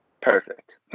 perfect